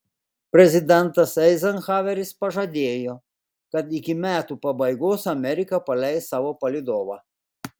prezidentas eizenhaueris pažadėjo kad iki metų pabaigos amerika paleis savo palydovą